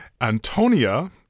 Antonia